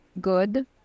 good